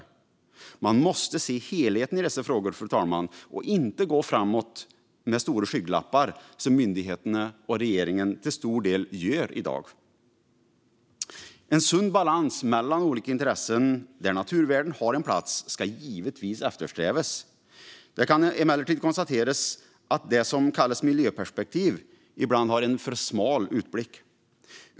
Fru talman! Man måste se helheten i dessa frågor och inte gå framåt med stora skygglappar som myndigheterna och regeringen till stor del gör i dag. En sund balans mellan olika intressen, där naturvärden har en plats, ska givetvis eftersträvas. Det kan emellertid konstateras att det som kallas miljöperspektiv ibland har en för smal utblick.